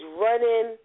running